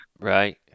Right